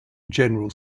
general